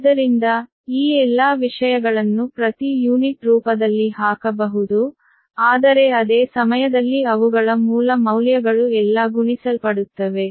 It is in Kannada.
ಆದ್ದರಿಂದ ಈ ಎಲ್ಲಾ ವಿಷಯಗಳನ್ನು ಪ್ರತಿ ಯೂನಿಟ್ ರೂಪದಲ್ಲಿ ಹಾಕಬಹುದು ಆದರೆ ಅದೇ ಸಮಯದಲ್ಲಿ ಅವುಗಳ ಮೂಲ ಮೌಲ್ಯಗಳು ಎಲ್ಲಾ ಗುಣಿಸಲ್ಪಡುತ್ತವೆ